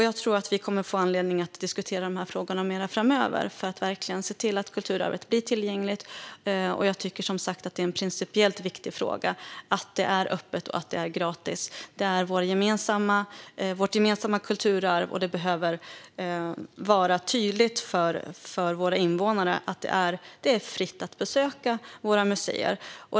Jag tror att vi kommer att få anledning att diskutera de här frågorna mer framöver för att verkligen se till att kulturarvet blir tillgängligt. Jag tycker som sagt att det är en principiellt viktig fråga att det är öppet och gratis. Det är vårt gemensamma kulturarv, och det behöver vara tydligt för våra invånare att det är fritt att besöka våra museer.